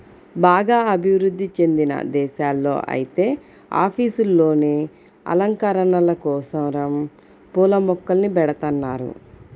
బాగా అభివృధ్ధి చెందిన దేశాల్లో ఐతే ఆఫీసుల్లోనే అలంకరణల కోసరం పూల మొక్కల్ని బెడతన్నారు